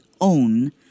own